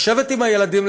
לשבת עם הילדים,